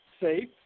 safe